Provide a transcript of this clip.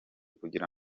kugira